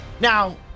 Now